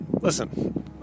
listen